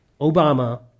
Obama